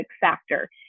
factor